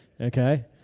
okay